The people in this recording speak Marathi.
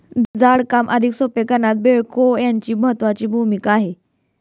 जड काम अधिक सोपे करण्यात बेक्हो यांची महत्त्वाची भूमिका आहे